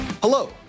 Hello